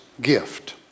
gift